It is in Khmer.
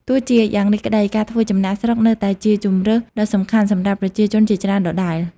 ទោះជាយ៉ាងនេះក្ដី ការធ្វើចំណាកស្រុកនៅតែជាជម្រើសដ៏សំខាន់សម្រាប់ប្រជាជនជាច្រើនដដែល។